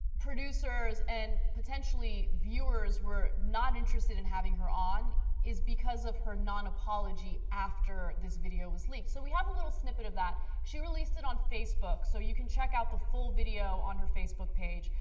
producers and potentially viewers were not interested in having her on is because of her non-apology after this video was leaked. so we have a little snippet of that. she released on facebook so you can check out the full video on her facebook page,